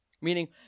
Meaning